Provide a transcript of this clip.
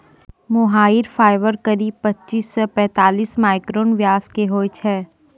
मोहायिर fibre करीब पच्चीस सॅ पैतालिस माइक्रोन व्यास के होय छै